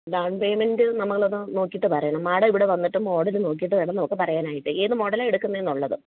down payment നമ്മളത് നോക്കിയിട്ട് പറയണം മാഡം ഇവിടെ വന്നിട്ട് മോഡൽ നോക്കിയിട്ട് വേണം ഞങ്ങൾക്ക് പറയാനായിട്ട് ഏത് മോഡലാണ് എടുക്കുന്നത് എന്നുള്ളത്